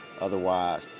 Otherwise